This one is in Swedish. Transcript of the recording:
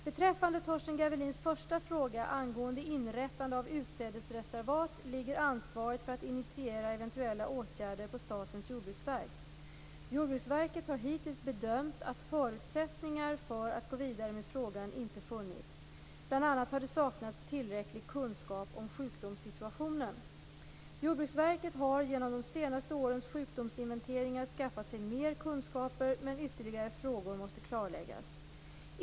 Beträffande Torsten Gavelins första fråga angående inrättande av utsädesreservat ligger ansvaret för att initiera eventuella åtgärder på Statens jordbruksverk. Jordbruksverket har hittills bedömt att förutsättningar för att gå vidare med frågan inte funnits. Bl.a. har det saknats tillräcklig kunskap om sjukdomssituationen. Jordbruksverket har genom de senaste årens sjukdomsinventeringar skaffat sig mer kunskaper, men ytterligare frågor måste klarläggas.